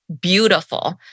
beautiful